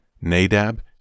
Nadab